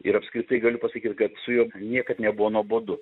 ir apskritai galiu pasakyt kad su juo niekad nebuvo nuobodu